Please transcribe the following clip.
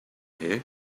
here